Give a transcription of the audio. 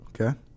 Okay